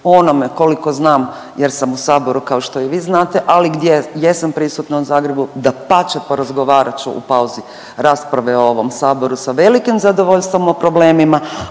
onome koliko znam jer sam u saboru kao što i vi znate, ali gdje jesam prisutna u Zagrebu, dapače porazgovarat ću u pauzi rasprave u ovom saboru sa velikim zadovoljstvom o problemima,